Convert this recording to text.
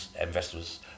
investors